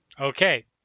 Okay